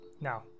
Now